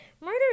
murder